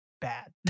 bad